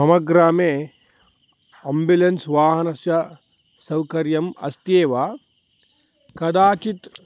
मम ग्रामे अम्बिलेन्स् वाहनस्य सौकर्यम् अस्त्येव कदाचित्